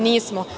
Nismo.